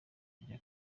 w’isoko